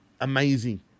amazing